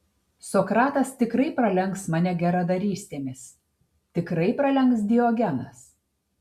sokratas tikrai pralenks mane geradarystėmis tikrai pralenks diogenas